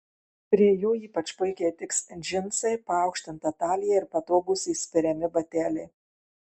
prie jo ypač puikiai tiks džinsai paaukštinta talija ir patogūs įspiriami bateliai